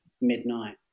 midnight